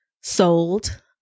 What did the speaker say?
sold